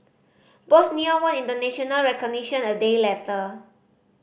Bosnia won international recognition a day later